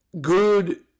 good